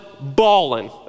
balling